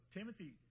Timothy